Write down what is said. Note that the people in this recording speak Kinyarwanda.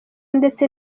ndetse